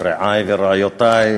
חבר הכנסת בועז טופורובסקי,